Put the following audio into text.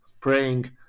praying